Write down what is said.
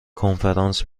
کنفرانس